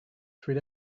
three